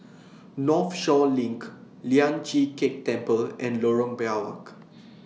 Northshore LINK Lian Chee Kek Temple and Lorong Biawak